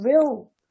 real